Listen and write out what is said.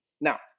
Now